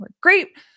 Great